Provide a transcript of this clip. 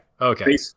okay